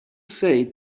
say